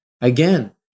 Again